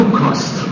cost